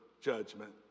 judgment